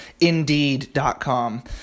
indeed.com